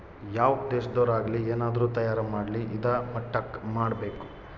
ಯಾವ್ ದೇಶದೊರ್ ಆಗಲಿ ಏನಾದ್ರೂ ತಯಾರ ಮಾಡ್ಲಿ ಇದಾ ಮಟ್ಟಕ್ ಮಾಡ್ಬೇಕು